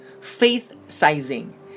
faith-sizing